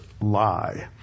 lie